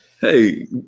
Hey